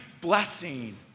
blessing